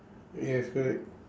yes correct